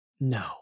No